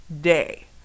day